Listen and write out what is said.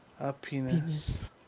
Happiness